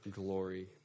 glory